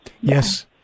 Yes